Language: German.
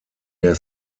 der